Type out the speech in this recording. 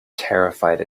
terrified